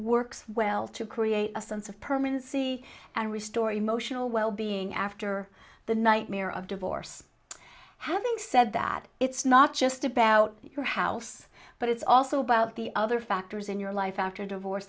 works well to create a sense of permanency and restore emotional wellbeing after the nightmare of divorce having said that it's not just about your house but it's also about the other factors in your life after divorce